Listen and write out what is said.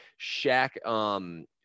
Shaq